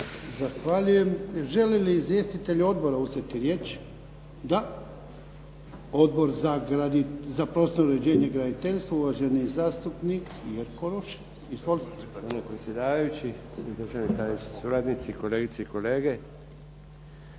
Zahvaljujem. Žele li izvjestitelji odbora uzeti riječ? Da. Odbor za prostorno uređenje i graditeljstvo, uvaženi zastupnik Jerko Rošin. Izvolite.